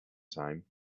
time